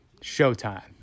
Showtime